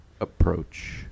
approach